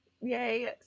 Yay